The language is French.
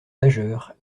majeur